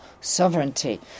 sovereignty